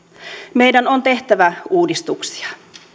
meidän on tehtävä uudistuksia